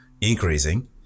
increasing